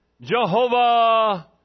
Jehovah